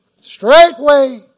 Straightway